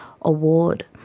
Award